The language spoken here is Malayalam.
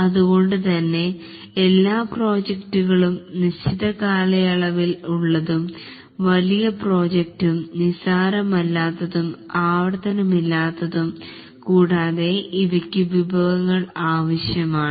അതുകൊണ്ടു തന്നെ എല്ലാ പ്രോജക്ടുകളും നിശ്ചിത കാലയളവിൽ ഉള്ളതും വലിയ പ്രോജക്റ്റും നിസാരമല്ലാത്തതും അവർത്തനമല്ലാത്തതും കൂടാതെ ഇവയ്ക്കു വിഭവങ്ങൾ ആവശ്യമാണ്